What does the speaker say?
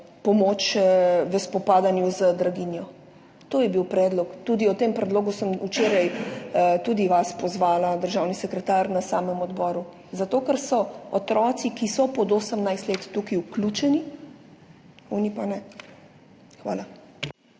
pomoč v spopadanju z draginjo. To je bil predlog. Tudi za ta predlog sem včeraj vas pozvala, državni sekretar, na samem odboru. Zato ker otroci, ki so pod 18 let, so tukaj vključeni, tisti nad 18 let